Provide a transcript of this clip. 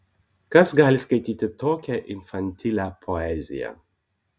kas gali skaityti tokią infantilią poeziją